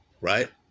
right